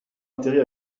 atterrit